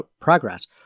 progress